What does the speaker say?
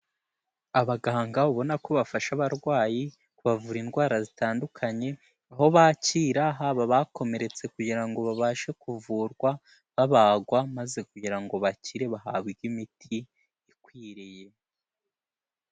Abaganga ubona ko bafasha abarwayi kubavura indwara zitandukanye, aho bakira haba bakomeretse kugira ngo babashe kuvurwa babagwa, maze kugira ngo bakire bahabwe imiti ikwiriye.